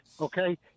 okay